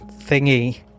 thingy